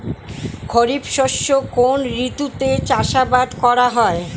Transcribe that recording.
খরিফ শস্য কোন ঋতুতে চাষাবাদ করা হয়?